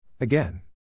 Again